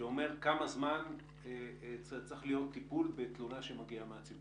שאומר כמה זמן צריך להיות טיפול בתלונה שמגיעה מהציבור?